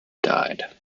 died